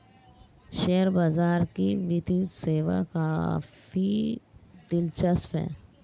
share बाजार की वित्तीय सेवा काफी दिलचस्प है